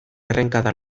errenkada